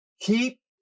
Keep